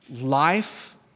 life